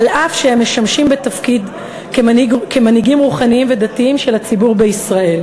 אף שהם משמשים בתפקיד כמנהיגים רוחניים ודתיים של הציבור בישראל.